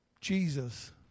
jesus